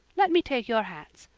let me take your hats.